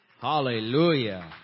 Hallelujah